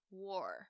war